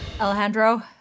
Alejandro